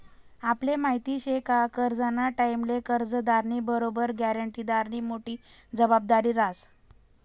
आपले माहिती शे का करजंना टाईमले कर्जदारनी बरोबर ग्यारंटीदारनी मोठी जबाबदारी रहास